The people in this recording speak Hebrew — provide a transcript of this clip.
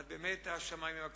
אז באמת, השמים הם הגבול.